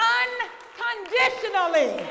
unconditionally